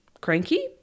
cranky